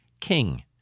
king